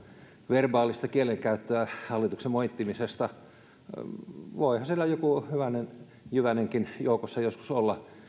verbaalista kielenkäyttöä hallituksen moittimisesta voihan siellä joku hyvänen jyvänenkin joukossa joskus olla